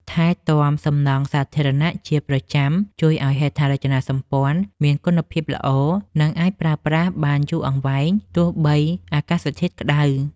ថែទាំសំណង់សាធារណៈជាប្រចាំជួយឱ្យហេដ្ឋារចនាសម្ព័ន្ធមានគុណភាពល្អ និង អាចប្រើប្រាស់បានយូរអង្វែងទោះបីអាកាសធាតុក្ដៅ។